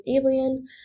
Alien